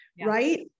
right